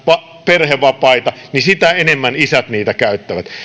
perhevapaita niin sitä enemmän isät niitä käyttävät